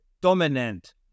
dominant